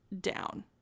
down